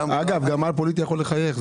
גם א-פוליטי יכול לחייך.